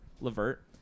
Levert